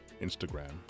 Instagram